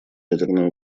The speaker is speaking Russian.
ядерной